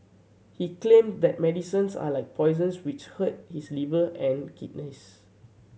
he claim that medicines are like poisons which hurt his liver and kidneys